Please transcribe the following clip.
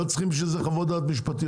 לא צריכים בשביל זה חוות דעת משפטיות.